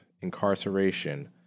incarceration